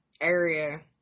area